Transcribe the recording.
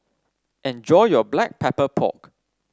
enjoy your Black Pepper Pork